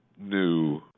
new